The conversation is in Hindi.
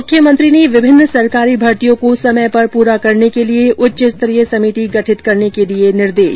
मुख्यमंत्री ने विभिन्न सरकारी भर्तियों को समय पर पूरा करने के लिए उच्चस्तरीय समिति गठित करने के दिए निर्देश